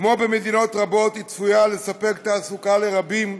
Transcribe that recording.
כמו במדינות רבות, היא צפויה לספק תעסוקה לרבים,